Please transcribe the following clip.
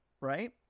right